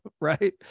Right